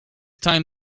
time